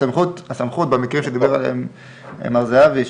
הסמכות במקרים שדיבר עליהם מר זהבי,